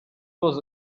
was